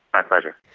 my pleasure.